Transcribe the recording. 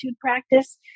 practice